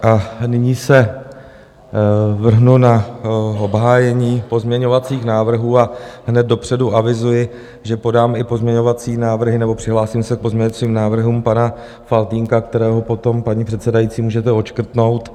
A nyní se vrhnu na obhájení pozměňovacích návrhů a hned dopředu avizuji, že podám i pozměňovací návrhy, nebo přihlásím se k pozměňovacím návrhům pana Faltýnka, kterého potom, paní předsedající, můžete odškrtnout.